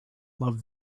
loved